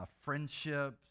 friendships